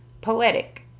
poetic